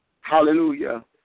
Hallelujah